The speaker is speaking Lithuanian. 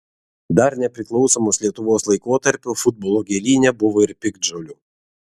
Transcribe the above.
dar nepriklausomos lietuvos laikotarpiu futbolo gėlyne buvo ir piktžolių